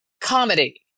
comedy